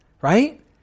right